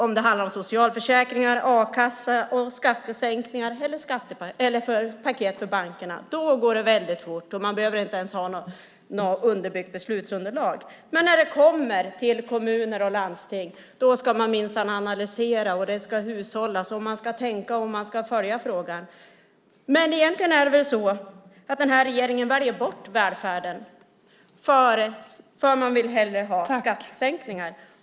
Om det handlar om socialförsäkringar, a-kassa, skattesänkningar eller paket för bankerna går det väldigt fort, och man behöver inte ens ha ett underbyggt beslutsunderlag. Men när det kommer till kommuner och landsting ska man minsann analysera. Det ska hushållas, och man ska tänka och man ska följa frågan. Egentligen är det väl så att den här regeringen väljer bort välfärden och hellre vill ha skattesänkningar.